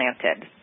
planted